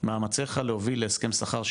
מאמציך להוביל להסכם שכר שלנו,